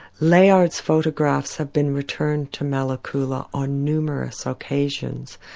layard's photographs have been returned to malekula on numerous occasions,